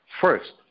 first